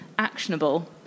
actionable